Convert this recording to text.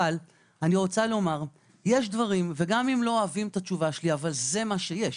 גם אם לא אוהבים את התשובה שלי, זה מה שיש.